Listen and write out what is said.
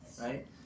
Right